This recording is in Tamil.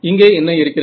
இங்கே என்ன இருக்கிறது